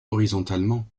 horizontalement